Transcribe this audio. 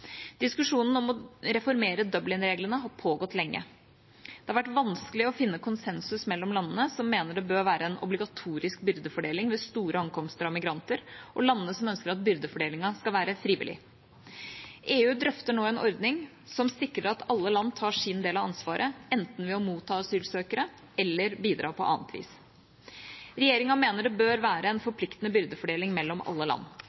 Diskusjonen om å reformere Dublin-reglene har pågått lenge. Det har vært vanskelig å finne konsensus mellom landene som mener det bør være en obligatorisk byrdefordeling ved store ankomster av migranter, og landene som ønsker at byrdefordelingen skal være frivillig. EU drøfter nå en ordning som sikrer at alle land tar sin del av ansvaret, enten ved å motta asylsøkere eller ved å bidra på annet vis. Regjeringa mener det bør være en forpliktende byrdefordeling mellom alle land.